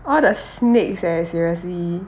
all the snakes eh seriously